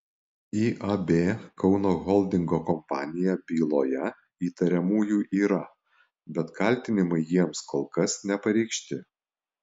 iab kauno holdingo kompanija byloje įtariamųjų yra bet kaltinimai jiems kol kas nepareikšti